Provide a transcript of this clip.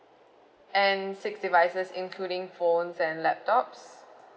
and six devices including phones and laptops